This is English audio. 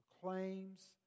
proclaims